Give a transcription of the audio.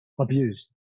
abused